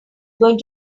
going